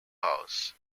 house